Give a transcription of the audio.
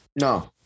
No